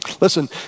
Listen